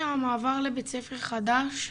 שהמעבר לבית ספר חדש,